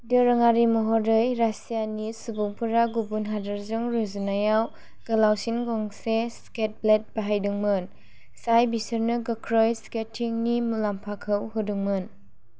दोरोङारि महरै रासियानि सुबुंफोरा गुबुन हादोरजों रुजुनायाव गोलावसिन गंसे स्केट ब्लेड बाहायदोंमोन जाय बिसोरनो गोख्रै स्केटिंगनि मुलाम्फाखौ होदोंमोन